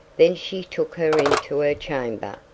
then she took her into her chamber,